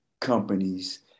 companies